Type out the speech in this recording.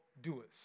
doers